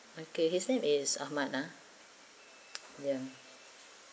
okay his name is ahmed ah ya